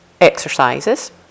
exercises